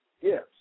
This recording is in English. yes